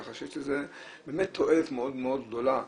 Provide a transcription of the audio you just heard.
כך שיש לזה באמת תועלת מאוד מאוד גדולה,